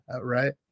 Right